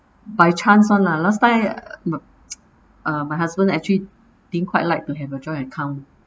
by chance [one] ah last time uh my husband actually didn't quite like to have a joint account